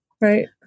Right